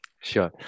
Sure